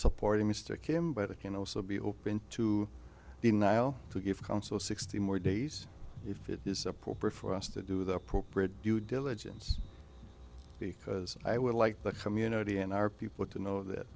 supporting mr kim but i can also be open to the nile to give counsel sixty more days if it is appropriate for us to do the appropriate due diligence because i would like the community and our people to know that